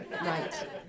right